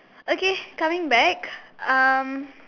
okay coming back um